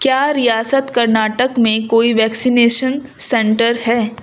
کیا ریاست کرناٹک میں کوئی ویکسینیشن سنٹر ہے